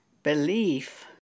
belief